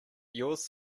yours